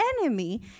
enemy